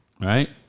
Right